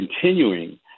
continuing